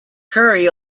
curry